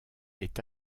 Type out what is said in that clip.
est